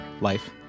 life